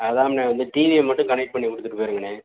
அதாம்ண்ணே வந்து டிவியை மட்டும் கனெக்ட் பண்ணி கொடுத்துட்டு போயிருங்கண்ணே